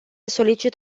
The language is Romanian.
solicit